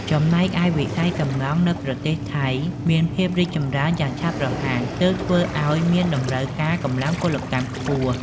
ចំណែកឯវិស័យសំណង់នៅប្រទេសថៃមានភាពរីកចម្រើនយ៉ាងឆាប់រហ័ស ទើបធ្វើឱ្យមានតម្រូវការកម្លាំងពលកម្មខ្ពស់។